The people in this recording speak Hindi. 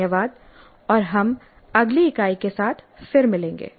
धन्यवाद और हम अगली इकाई के साथ फिर मिलेंगे